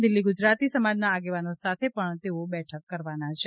દિલ્લી ગુજરાતી સમાજ ના આગેવાનો સાથે પણ તેઓ બેઠક કરવાના છે